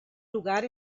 lugar